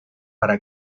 para